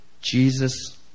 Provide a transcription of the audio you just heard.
Jesus